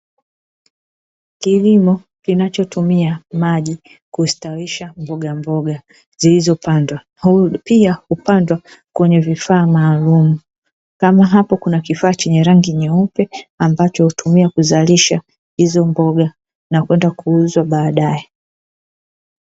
Kilimo kinachotumia maji kustawisha mbogamboga zilizopandwa huu pia hupandwa kwenye vifaa maalum, kama hapo kuna kifaa chenye rangi nyeupe ambacho hutumiwa kuzalisha hizo mboga na kwenda kuuzwa baadae.